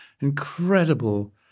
incredible